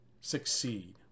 succeed